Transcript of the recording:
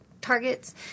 targets